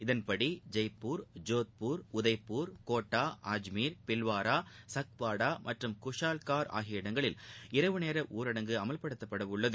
இதன்படி ஜெய்பூர் ஜோத்பூர் உதய்பூர் கோட்டா அஜ்மீர் பில்வாரா சக்வாடா மற்றும் குஷால்கார் ஆகிய இடங்களில் இரவு நேர ஊரடங்கு அமல்படுத்தப்பட உள்ளது